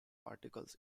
articles